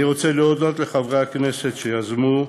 אני רוצה להודות לחברי הכנסת שיזמו,